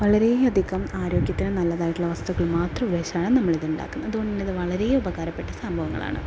വളരേ അധികം ആരോഗ്യത്തിന് നല്ലതായിട്ടുള്ള വസ്തുക്കൾ മാത്രം ഉപയോഗിച്ചിട്ടാണ് നമ്മളിതുണ്ടാക്കുന്നത് അതുകൊണ്ടിത് വളരെ ഉപകാരപ്പെട്ട സംഭവങ്ങളാണ്